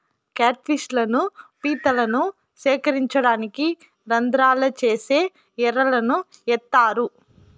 cat fish లను, పీతలను సేకరించడానికి రంద్రాలు చేసి ఎరలను ఏత్తారు